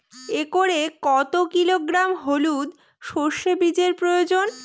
একরে কত কিলোগ্রাম হলুদ সরষে বীজের প্রয়োজন?